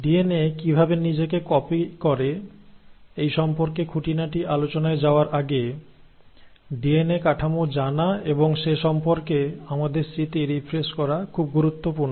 DNA কিভাবে নিজেকে copy করে এই সম্পর্কে খুঁটিনাটি আলোচনায় যাওয়ার আগে ডিএনএ কাঠামো জানা এবং সে সম্পর্কে আমাদের স্মৃতি রিফ্রেশ করা খুব গুরুত্বপূর্ণ